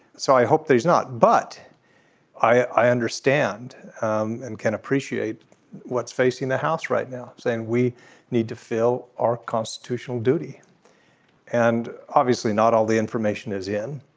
so i hope there's not but i understand um and can appreciate what's facing the house right now saying we need to fill our constitutional duty and obviously not all the information is in.